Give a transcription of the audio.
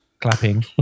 clapping